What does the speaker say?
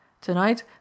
Tonight